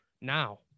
now